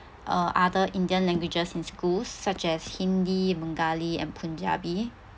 uh other indian languages in schools such as hindi bengali and punjabi